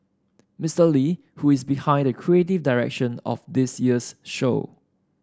Mister Lee who is behind the creative direction of this year's show